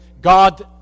God